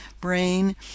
brain